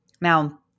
Now